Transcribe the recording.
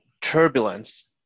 turbulence